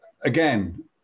again